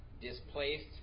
displaced